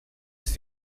ist